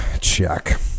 Check